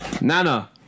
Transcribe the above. Nana